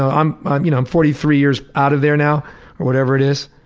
i'm um you know i'm forty three years out of there now or whatever it is,